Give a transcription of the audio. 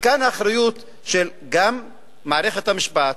וכאן האחריות, גם של מערכת המשפט